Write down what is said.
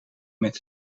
met